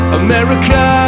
america